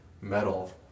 metal